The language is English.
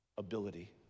ability